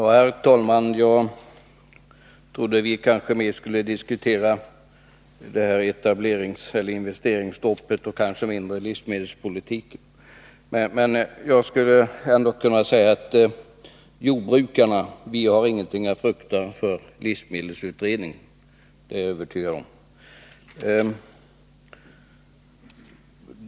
Herr talman! Jag trodde att vi mer skulle diskutera investeringsstoppet och kanske mindre livsmedelspolitiken. Men jag är övertygad om att jordbrukarna inte har någonting att frukta av livsmedelsutredningen.